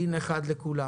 דין אחד לכולם.